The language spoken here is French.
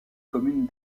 communes